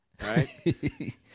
right